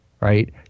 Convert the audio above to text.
right